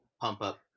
pump-up